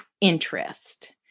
interest